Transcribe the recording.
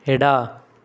ಎಡ